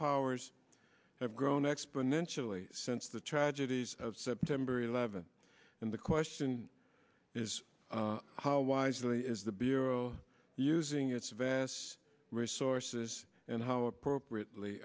powers have grown exponentially since the tragedies of september eleventh and the question is how wisely is the bureau using its vast resources and how appropriately